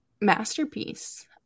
Masterpiece